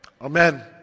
Amen